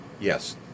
yes